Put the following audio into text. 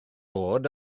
bod